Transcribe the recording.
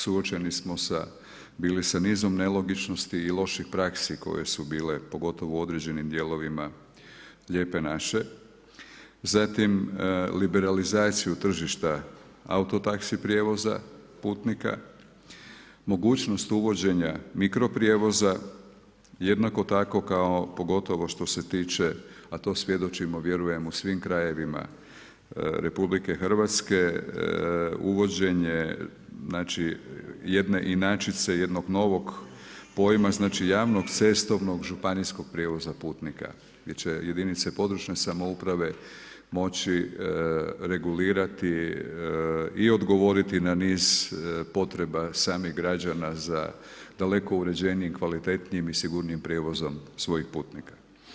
Suočeni smo bili sa nizom nelogičnosti i loših praksi koje su bile pogotovo u određenim dijelovima Lijepe naše, zatim liberalizaciju tržišta auto taxi prijevoza putnika, mogućnost uvođenja mikro prijevoza jednako tako kao pogotovo što se tiče a to svjedočimo vjerujem, u svim krajevima RH, uvođenje jedne inačice, jednog novog pojma javnog cestovnog županijskog prijevoza putnika gdje će jedinice područne samouprave moći regulirati i odgovoriti na niz potreba samih građa za daleko uređenijim i kvalitetnijim i sigurnijim prijevozom svojih putnika.